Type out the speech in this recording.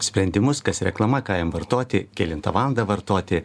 sprendimus kas reklama ką jam vartoti kelintą valandą vartoti